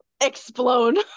explode